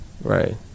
Right